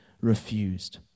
refused